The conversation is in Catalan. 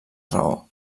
raó